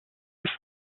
ist